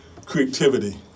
Creativity